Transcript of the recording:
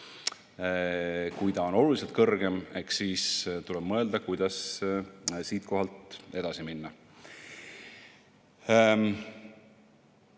Kui see on oluliselt kõrgem, eks siis tuleb mõelda, kuidas edasi minna.